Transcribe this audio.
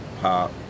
pop